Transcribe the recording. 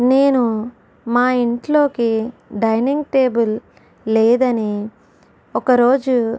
నేను మా ఇంట్లోకి డైనింగ్ టేబుల్ లేదు అని ఒక రోజు